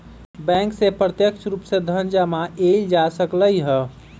bank से प्रत्यक्ष रूप से धन जमा एइल जा सकलई ह